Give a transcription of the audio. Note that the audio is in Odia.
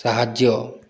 ସାହାଯ୍ୟ